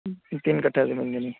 تین کٹا زمین لینی ہے